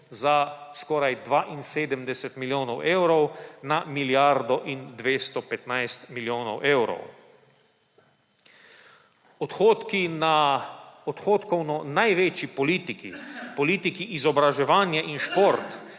za skoraj 72 milijonov evrov na milijardo in 215 milijonov evrov. Odhodki na odhodkovno največji politiki, politiki izobraževanje in šport,